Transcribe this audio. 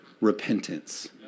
repentance